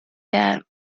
that